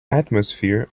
atmosphere